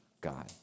God